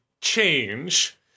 change